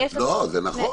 לא, זה נכון.